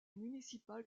municipal